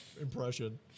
impression